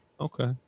okay